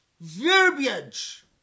verbiage